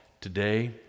today